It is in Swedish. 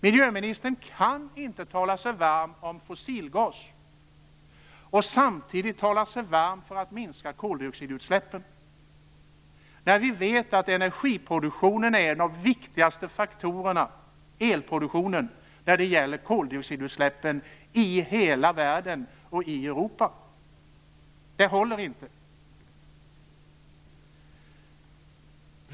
Miljöministern kan inte tala sig varm för fossilgas och samtidigt tala sig varm för att man skall minska koldioxidutsläppen. Vi vet ju att energiproduktionen, elproduktionen, är en av de viktigaste faktorerna när det gäller koldioxidutsläppen i hela världen och i Europa. Detta håller inte.